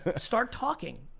ah start talking,